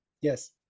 Yes